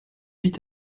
vit